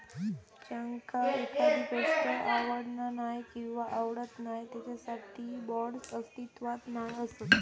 ज्यांका एखादी गोष्ट आवडना नाय किंवा आवडत नाय त्यांच्यासाठी बाँड्स अस्तित्वात नाय असत